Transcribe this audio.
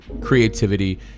creativity